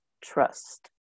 trust